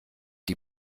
die